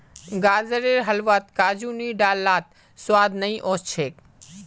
गाजरेर हलवात काजू नी डाल लात स्वाद नइ ओस छेक